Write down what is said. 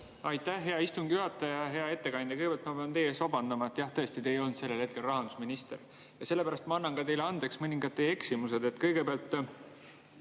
Aitäh, hea istungi juhataja! Hea ettekandja! Kõigepealt ma pean teie ees vabandama: jah, tõesti te ei olnud sellel hetkel rahandusminister. Ja sellepärast ma annan teile andeks ka mõningad teie eksimused. Kõigepealt